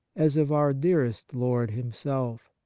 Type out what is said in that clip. as of our dearest lord himself!